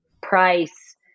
Price